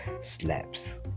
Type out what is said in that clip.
slaps